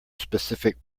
specific